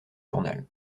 journal